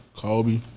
Kobe